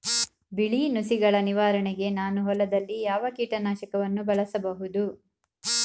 ಬಿಳಿ ನುಸಿಗಳ ನಿವಾರಣೆಗೆ ನಾನು ಹೊಲದಲ್ಲಿ ಯಾವ ಕೀಟ ನಾಶಕವನ್ನು ಬಳಸಬಹುದು?